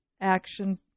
action